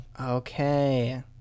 Okay